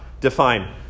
define